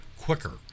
quicker